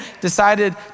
decided